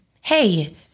Hey